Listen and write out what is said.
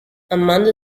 amanda